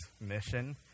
mission